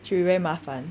should be very 麻烦